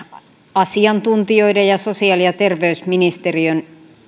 asiantuntijoiden ja sosiaali ja terveysministeriön